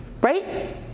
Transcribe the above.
Right